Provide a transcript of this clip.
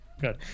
good